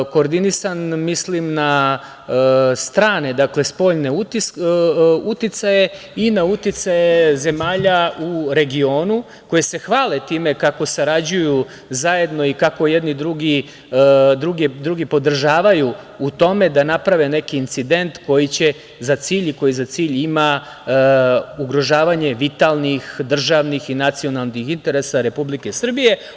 Koordinisan mislim na strane, dakle spoljne uticaje i na uticaje zemalja u regionu koje se hvale time kako sarađuju zajedno i kako jedni druge podržavaju u tome da naprave neki incident koji za cilj ima ugrožavanje vitalnih državnih i nacionalnih interesa Republike Srbije.